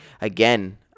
Again